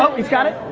oh, you forgot it?